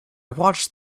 watched